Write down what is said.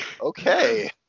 okay